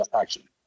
action